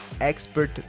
Expert